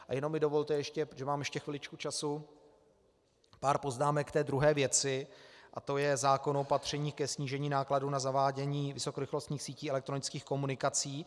A jenom mi dovolte, ještě mám chviličku času, pár poznámek k té druhé věci a to je zákon o opatřeních ke snížení nákladů na zavádění vysokorychlostních sítí elektronických komunikací.